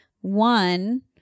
One